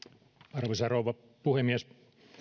arvoisa rouva puhemies